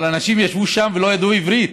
אבל אנשים ישבו שם ולא ידעו עברית.